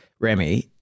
Remy